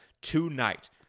tonight